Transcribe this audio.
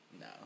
No